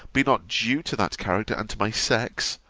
be not due to that character, and to my sex,